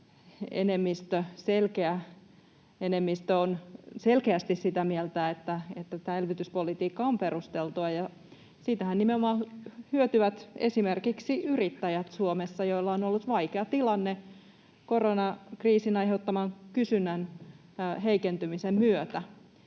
enemmistö on selkeästi sitä mieltä, että tämä elvytyspolitiikka on perusteltua. Siitähän nimenomaan hyötyvät esimerkiksi yrittäjät Suomessa, joilla on ollut vaikea tilanne koronakriisin aiheuttaman kysynnän heikentymisen myötä.